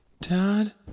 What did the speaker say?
Dad